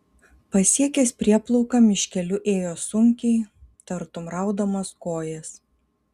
pasiekęs prieplauką miškeliu ėjo sunkiai tartum raudamas kojas